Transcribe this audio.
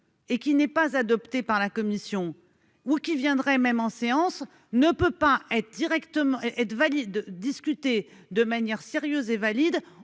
et qui n'est pas adopté par la commission ou qui viendrait même en séance ne peut pas être directement et et de